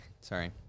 Sorry